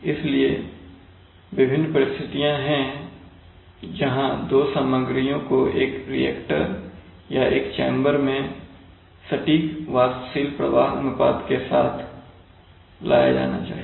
इसलिए विभिन्न परिस्थितियां हैं जहां दो सामग्रियों को एक रिएक्टर या एक चैम्बर में सटीक वाष्पशील प्रवाह अनुपात में एक साथ लाया जाना चाहिए